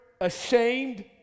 ashamed